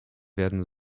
werden